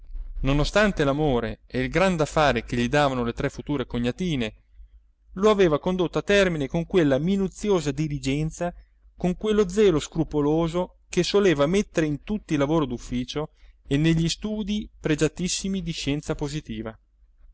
ostante l'amore e il gran da fare che gli davano le tre future cognatine lo aveva condotto a termine con quella minuziosa diligenza con quello zelo scrupoloso che soleva mettere in tutti i lavori d'ufficio e negli studii pregiatissimi di scienza positiva